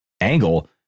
angle